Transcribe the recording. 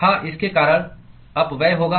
हां इसके कारण अपव्यय होगा